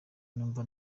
numva